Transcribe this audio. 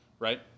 Right